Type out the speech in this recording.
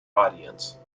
audience